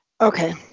Okay